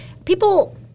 People